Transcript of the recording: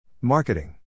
Marketing